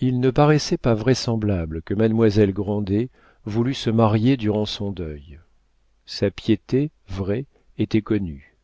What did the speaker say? il ne paraissait pas vraisemblable que mademoiselle grandet voulût se marier durant son deuil sa piété vraie était connue